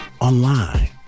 online